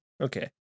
Okay